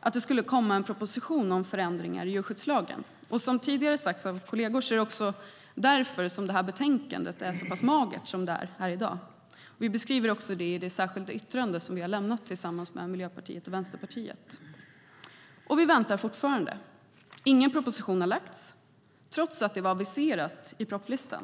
att det skulle komma en proposition om förändringar i djurskyddslagen. Som tidigare sagts av kolleger är det också därför som det här betänkandet är så magert som det är i dag. Det beskriver vi också i det särskilda yttrande som vi har lämnat tillsammans med Miljöpartiet och Vänsterpartiet. Vi väntar fortfarande. Ingen proposition har lagts fram trots att det var aviserat i propositionslistan.